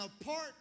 apart